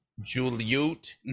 Juliet